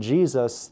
Jesus